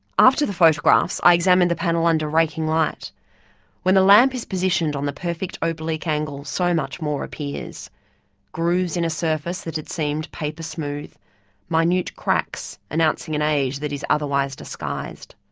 after the photographs, i examined the panel under rakinglight. when the lamp is positioned on the perfect oblique angle, so much more appears grooves in a surface that had seemed paper smooth minute cracks announcing an age that is otherwise disguised.